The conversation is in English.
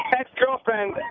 ex-girlfriend